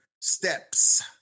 Steps